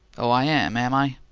oh, i am, am i?